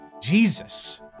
Jesus